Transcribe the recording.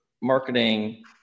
marketing